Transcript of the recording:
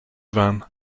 van